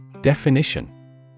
Definition